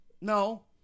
No